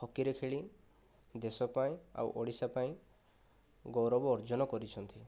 ହକିରେ ଖେଳି ଦେଶ ପାଇଁ ଆଉ ଓଡ଼ିଶା ପାଇଁ ଗୌରବ ଅର୍ଜନ କରିଛନ୍ତି